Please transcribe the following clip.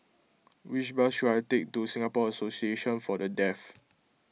which bus should I take to Singapore Association for the Deaf